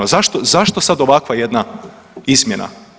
Zašto sad ovakva jedna izmjena?